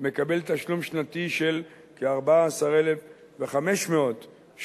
מקבל תשלום שנתי של כ-14,500 שקלים.